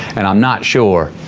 and i'm not sure,